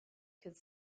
could